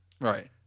Right